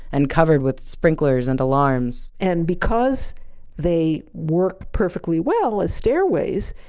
and covered with sprinklers and alarms. and because they work perfectly well as stairways,